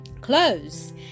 clothes